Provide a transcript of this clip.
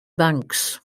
banks